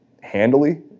handily